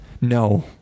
No